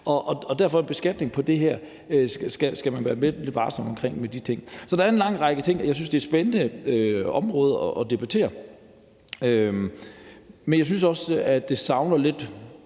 sig om en beskatning på de her ting, virkelig være varsom med det. Så der er en lang række ting, og jeg synes, det er et spændende område at debattere, men jeg savner også lidt, at vi